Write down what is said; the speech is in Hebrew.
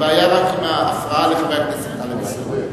יש לי רק בעיה עם ההפרעה לחבר הכנסת טלב אלסאנע.